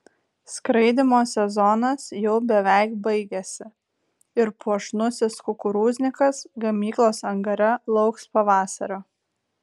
skraidymo sezonas jau beveik baigėsi ir puošnusis kukurūznikas gamyklos angare lauks pavasario